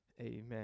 Amen